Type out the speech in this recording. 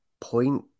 point